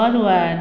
forward